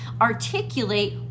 articulate